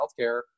healthcare